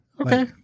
okay